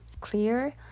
clear